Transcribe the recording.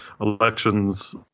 elections